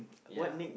ya